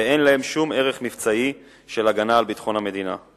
ואין להם שום ערך מבצעי של הגנה על ביטחון המדינה.